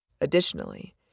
Additionally